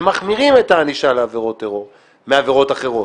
שמחמירים את הענישה על עבירות טרור מעבירות אחרות.